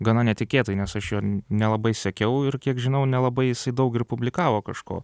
gana netikėtai nes aš jo nelabai sekiau ir kiek žinau nelabai jisai daug ir publikavo kažko